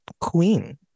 queen